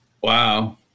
Wow